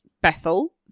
Bethel